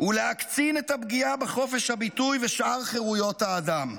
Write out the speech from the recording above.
ולהקצין את הפגיעה בחופש הביטוי ושאר חירויות האדם.